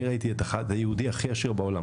אני ראיתי את היהודי הכי עשיר בעולם,